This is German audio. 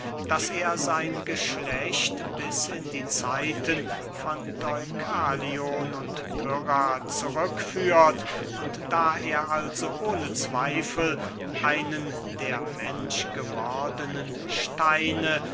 daß er sein geschlecht bis in die zeiten von deukalion und pyrrha zurück führt und da er also ohne zweifel einen der menschgewordenen steine